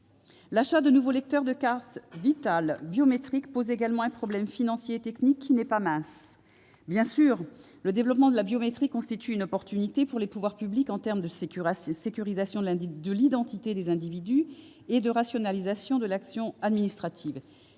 L'achat de nouveaux lecteurs de cartes Vitale biométriques pose également un problème financier et technique non négligeable. Bien sûr, le développement de la biométrie constitue une opportunité pour les pouvoirs publics en termes de sécurisation de l'identité des individus et de rationalisation de l'action administrative.